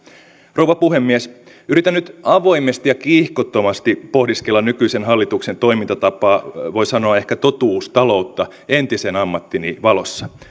rouva puhemies yritän nyt avoimesti ja kiihkottomasti pohdiskella nykyisen hallituksen toimintatapaa voi sanoa ehkä totuustaloutta entisen ammattini valossa